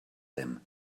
him